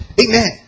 amen